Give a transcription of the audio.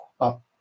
up